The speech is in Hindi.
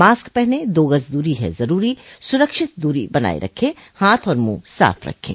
मास्क पहनें दो गज़ दूरी है ज़रूरी सुरक्षित दूरी बनाए रखें हाथ और मुंह साफ रखें